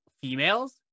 females